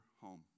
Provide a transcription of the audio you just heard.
home